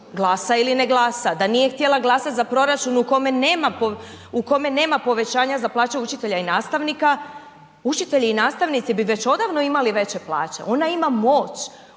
glasa ili ne glasa. Da nije htjela glasati za proračun u kome nema povećanja za plaće učitelja i nastavnika, učitelji i nastavnici bi već odavno imali veće plaće. Ona ima moć,